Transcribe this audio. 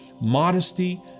modesty